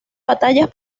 batallas